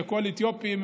כל אתיופי,